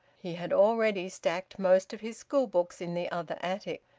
he had already stacked most of his school-books in the other attic.